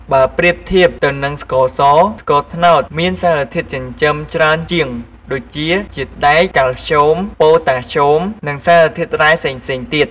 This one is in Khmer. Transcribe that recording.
បើប្រៀបធៀបទៅនឹងស្ករស ស្ករត្នោតមានសារធាតុចិញ្ចឹមច្រើនជាងដូចជា ជាតិដែក កាល់ស្យូម ប៉ូតាស្យូម និងសារធាតុរ៉ែផ្សេងៗទៀត។